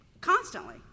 constantly